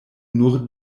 nur